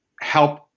help